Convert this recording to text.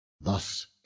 Thus